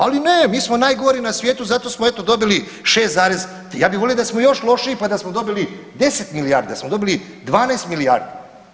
Ali ne, mi smo najgori na svijetu zato smo eto dobili 6 zarez, ja bih volio da smo još lošiji pa da smo dobili 10 milijardi, da smo dobili 12 milijardi.